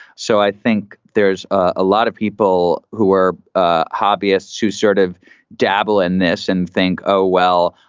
so i think there's a lot of people who are ah hobbyists who sort of dabble in this and think, oh, well,